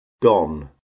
don